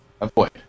avoid